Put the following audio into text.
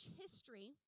history